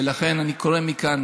ולכן, אני קורא מכאן